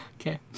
Okay